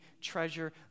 treasure